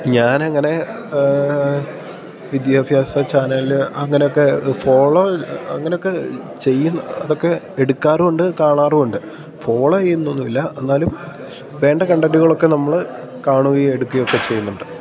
ഞാനങ്ങനെ വിദ്യാഭ്യാസ ചാനൽ അങ്ങനെയൊക്കെ ഫോളോ അങ്ങനെയൊക്കെ ചെയ്യുന്ന അതൊക്കെ എടുക്കാറുമുണ്ട് കാണാറുമുണ്ട് ഫോളോ ചെയ്യുന്നൊന്നും ഇല്ല എന്നാലും വേണ്ട കണ്ടൻ്റുകളൊക്കെ നമ്മൾ കാണുകയും എടുക്കുകയൊക്കെ ചെയ്യുന്നുണ്ട്